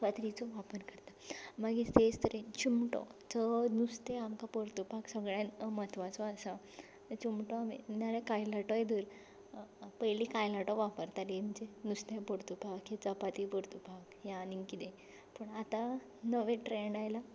फातरीचो वापर करता मागीर तेच तरेन चिमटो नुस्तें आमकां परतुपाक सगल्यान म्हत्वाचो आसा चिमटो हांवें नाल्यार कायलाटोय धर पयलीं कायलाटो वापरताली नुस्तें परतुपाक की चपाती परतुपाक वा आनी कितें पूण आतां नवें ट्रेंड आयलां